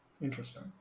Interesting